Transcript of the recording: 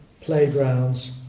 playgrounds